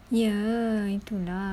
ya itu lah